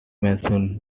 mason